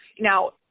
now